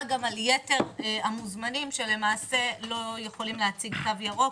גם על יתר המוזמנים שלא יכולים להציג תו ירוק